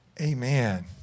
amen